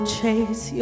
chase